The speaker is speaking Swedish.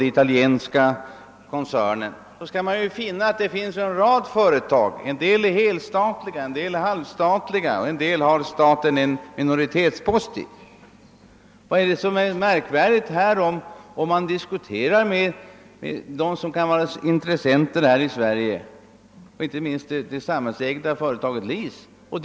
Om man ser närmare på den koncernen, finner man att däri ingår en rad företag, en del helstatliga, en del halvstatliga, en del sådana där staten har en minoritetspost. Skulle det inte vara naturligt att man skaffade in uppgifter från och diskuterade med intresserade parter här i Sverige och inte minst det samhällsägda företaget LIC?